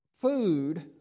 food